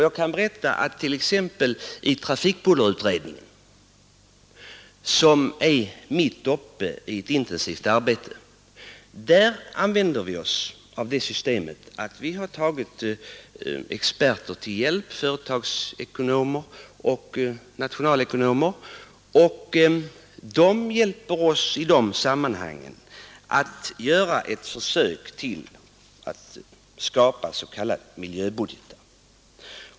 Jag kan berätta att i trafikbullerutredningen, som är mitt uppe i ett intensivt arbete, använder vi oss av det systemet att vi har tagit experter till hjälp, företagsekonomer och nationalekonomer. De hjälper oss att försöka skapa s.k. miljöbudgeter.